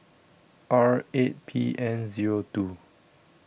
R eight P N zero two